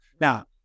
Now